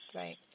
right